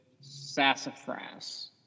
sassafras